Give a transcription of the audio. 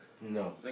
no